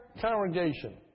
congregation